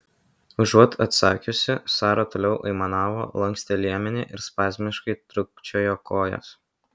užuot atsakiusi sara toliau aimanavo lankstė liemenį ir spazmiškai trūkčiojo kojas